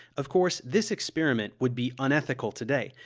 of course, this experiment would be unethical today,